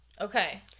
Okay